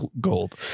gold